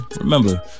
remember